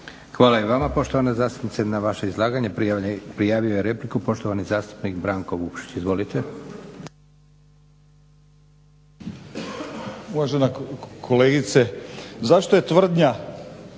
Hvala i vama poštovana zastupnice. Na vaše izlaganje prijavio je repliku poštovani zastupnik Branko Vukšić. Izvolite. **Vukšić, Branko (Hrvatski